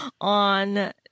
On